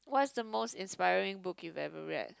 what's the most inspiring book you've ever read